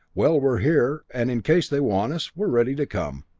well, we're here, and in case they want us, we're ready to come.